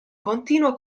continua